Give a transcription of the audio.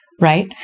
right